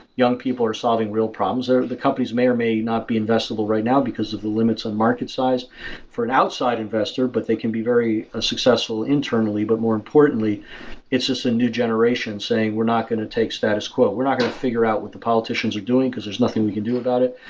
young people are solving real problems. the the companies may or may not be investible right now, because of the limits of market size for an outside investor, but they can be very ah successful internally, but more important it's just a new generation saying, we're not going to take status quo. we're not going to figure out what the politicians are doing because there's nothing we can do about it,